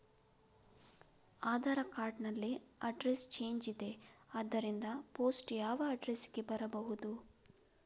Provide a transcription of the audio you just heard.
Aadhaar card ನಲ್ಲಿ address change ಇದೆ ಆದ್ದರಿಂದ ಪೋಸ್ಟ್ ಯಾವ ಅಡ್ರೆಸ್ ಗೆ ಬರಬಹುದು?